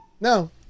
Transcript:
no